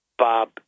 Bob